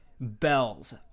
bells